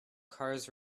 cars